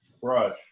brush